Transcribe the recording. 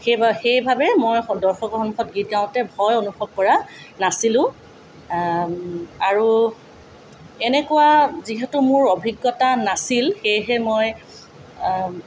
সেইবা সেইবাবে মই দৰ্শকৰ সন্মুখত গীত গাওঁতে ভয় অনুভৱ কৰা নাছিলোঁ আৰু এনেকুৱা যিহেতু মোৰ অভিজ্ঞতা নাছিল সেয়েহে মই